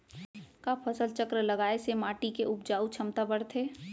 का फसल चक्र लगाय से माटी के उपजाऊ क्षमता बढ़थे?